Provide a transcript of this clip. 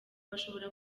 bashobora